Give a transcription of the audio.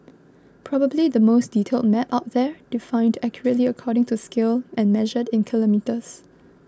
probably the most detailed map out there defined accurately according to scale and measured in kilometres